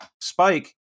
spike